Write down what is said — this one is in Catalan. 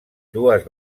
dues